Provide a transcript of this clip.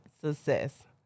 success